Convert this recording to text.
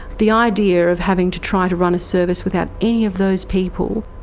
the idea of having to try to run a service without any of those people,